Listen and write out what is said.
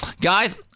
Guys